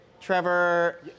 Trevor